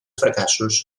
fracassos